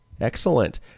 Excellent